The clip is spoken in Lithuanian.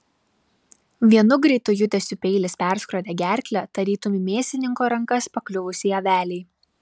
vienu greitu judesiu peilis perskrodė gerklę tarytum į mėsininko rankas pakliuvusiai avelei